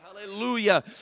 Hallelujah